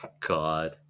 God